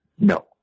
no